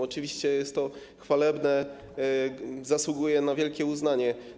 Oczywiście jest to chwalebne, zasługuje na wielkie uznanie.